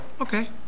okay